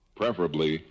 preferably